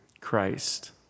Christ